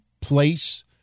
place